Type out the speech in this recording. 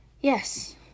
Yes